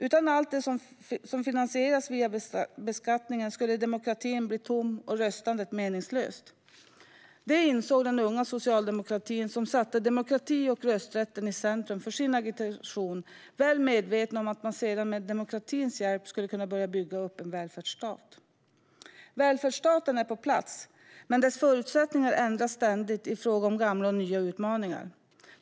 Utan allt det som finansieras via beskattningen skulle demokratin bli tom och röstandet meningslöst. Det insåg den unga socialdemokratin, som satte demokratin och rösträtten i centrum för sin agitation, väl medveten om att man sedan med demokratins hjälp skulle kunna börja bygga upp en välfärdsstat. Välfärdsstaten är på plats, men dess förutsättningar ändras ständigt i fråga om gamla och nya utmaningar.